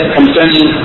concerning